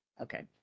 Okay